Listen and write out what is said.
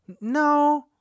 No